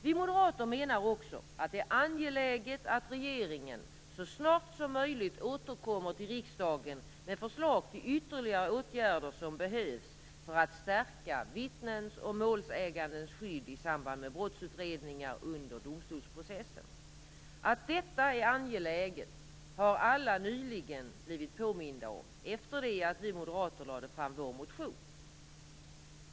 Vi moderater anser också att det är angeläget att regeringen så snart som möjligt återkommer till riksdagen med förslag till ytterligare åtgärder som behövs för att stärka vittnens och målsägandens skydd i samband med brottsutredningar under domstolsprocessen. Att detta är angeläget har alla nyligen blivit påminda om efter det att vi moderater lade fram vår motion.